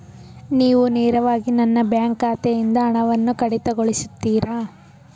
ನೀವು ನೇರವಾಗಿ ನನ್ನ ಬ್ಯಾಂಕ್ ಖಾತೆಯಿಂದ ಹಣವನ್ನು ಕಡಿತಗೊಳಿಸುತ್ತೀರಾ?